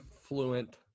fluent